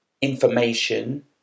information